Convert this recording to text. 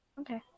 Okay